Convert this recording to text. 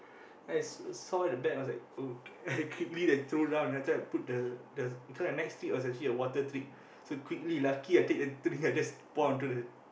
then I s~ saw the back I was like okay I quickly like throw down then I put the the so my next trick was actually a water trick so quickly lucky I take the drink I just pour onto the